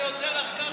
אני עושה לך ככה.